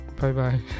Bye-bye